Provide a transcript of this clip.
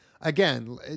again